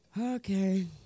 Okay